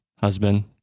husband